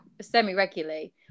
semi-regularly